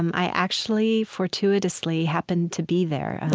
um i actually fortuitously happened to be there oh,